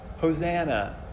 Hosanna